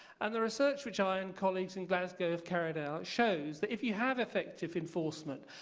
and the research which i and colleagues in glasgow have carried out shows that if you have effective enforcement,